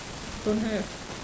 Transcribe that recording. don't have